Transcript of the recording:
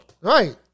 Right